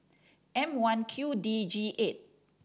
M One Q D G eight